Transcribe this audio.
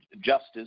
justice